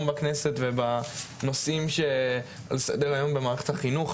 בכנסת ובנושאים שעל-סדר היום במערכת החינוך.